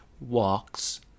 walks